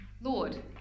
Lord